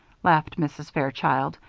laughed mrs. fairchild,